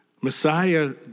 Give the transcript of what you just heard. Messiah